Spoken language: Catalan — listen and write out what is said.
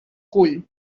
cull